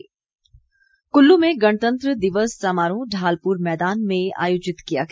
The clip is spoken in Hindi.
कुल्लु समारोह कुल्लू में गणतंत्र दिवस समारोह ढालपुर मैदान में आयोजित किया गया